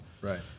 right